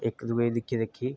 इक दुए गी दिक्खी दिक्खी